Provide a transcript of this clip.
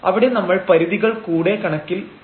അവിടെ നമ്മൾ പരിധികൾ കൂടെ കണക്കിൽ എടുത്തിരുന്നു